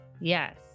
yes